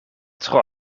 tro